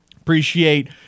appreciate